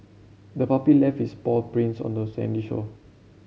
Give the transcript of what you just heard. the puppy left its paw prints on the sandy shore